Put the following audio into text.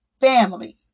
family